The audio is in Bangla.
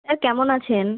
স্যার কেমন আছেন